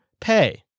Pay